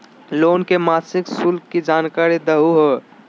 Loan के मासिक शुल्क के जानकारी दहु हो?